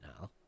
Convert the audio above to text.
now